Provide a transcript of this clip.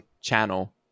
channel